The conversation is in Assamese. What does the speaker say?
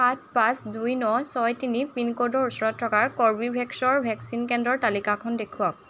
সাত পাঁচ দুই ন ছয় তিনি পিনক'ডৰ ওচৰত থকা কৰ্বীভেক্সৰ ভেকচিন কেন্দ্ৰৰ তালিকাখন দেখুৱাওক